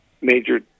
major